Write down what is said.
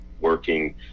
working